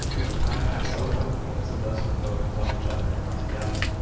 and the time passed so quickly, as it does for folk who love each other and are together,